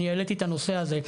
אני העליתי את הנושא הזה,